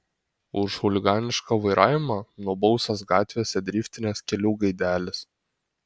už chuliganišką vairavimą nubaustas gatvėse driftinęs kelių gaidelis